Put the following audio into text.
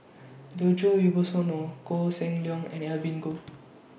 Djoko Wibisono Koh Seng Leong and Evelyn Goh